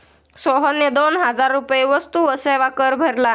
सोहनने दोन हजार रुपये वस्तू व सेवा कर भरला